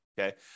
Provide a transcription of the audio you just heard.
Okay